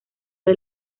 del